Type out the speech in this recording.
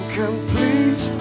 complete